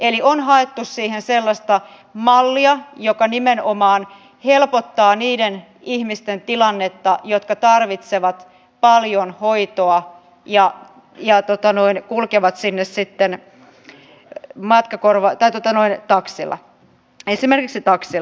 eli on haettu siihen sellaista mallia joka nimenomaan helpottaa niiden ihmisten tilannetta jotka tarvitsevat paljon hoitoa ja kulkevat sinne sitten esimerkiksi taksilla